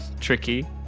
tricky